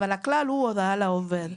אבל הכלל הוא הודעה לעובד.